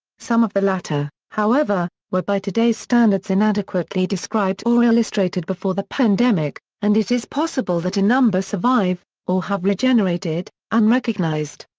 some of the latter, however, were by today's standards inadequately described or illustrated before the pandemic, and it is possible that a number survive, or have regenerated, unrecognised.